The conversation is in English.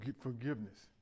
forgiveness